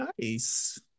Nice